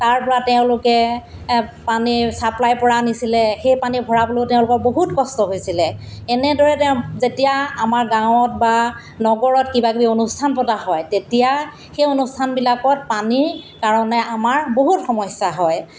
তাৰপৰা তেওঁলোকে পানী ছাপ্লাই পৰা নিছিলে সেই পানী ভৰাবলৈও তেওঁলোকৰ বহুত কষ্ট হৈছিলে এনেদৰে তেওঁ যেতিয়া আমাৰ গাঁৱত বা নগৰত কিবা কিবি অনুষ্ঠান পতা হয় তেতিয়া সেই অনুষ্ঠানবিলাকত পানীৰ কাৰণে আমাৰ বহুত সমস্যা হয়